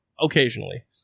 occasionally